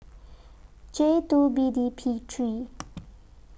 J two B D P three